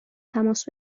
تماس